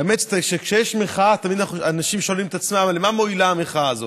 האמת היא שכשיש מחאה אנשים שואלים את עצמם: למה מועילה המחאה הזאת?